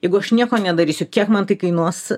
jeigu aš nieko nedarysiu kiek man tai kainuos